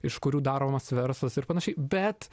iš kurių daromas verslas ir panašiai bet